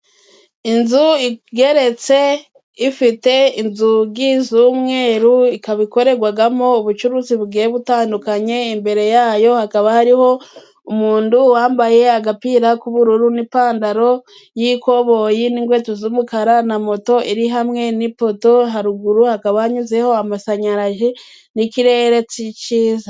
Inzu igeretse ifite inzugi z'umweru ikaba ikoregwagamo ubucuruzi bugiye butandukanye ,imbere yayo hakaba hariho umundu wambaye agapira k'ubururu n'ipandaro y'ikoboyi n'ingweto z'umukara ,na moto iri hamwe n'ipoto haruguru hakaba hanyuzeho amasanyarazi n'ikirere ci ciza.